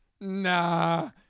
Nah